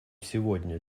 сегодня